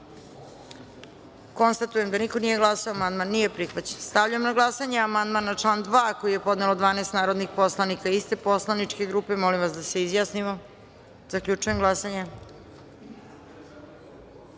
konstatujem da niko nije glasao. Amandman nije prihvaćen. Stavljam na glasanje amandman na član 2. koji je podnelo 12 narodnih poslanika iste poslaničke grupe. Molim vas da se izjasnimo. Zaključujem glasanje